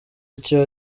icyo